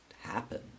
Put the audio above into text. happen